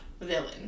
villain